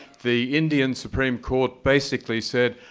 the indian supreme court basically said,